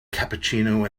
cappuccino